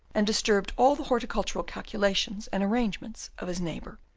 and disturbed all the horticultural calculations and arrangements of his neighbour.